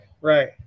Right